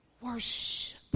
worship